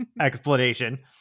explanation